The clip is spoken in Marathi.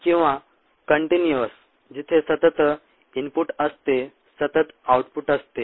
किंवा कंटीन्यूअस जिथे सतत इनपुट असते सतत आउटपुट असते